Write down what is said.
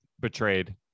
betrayed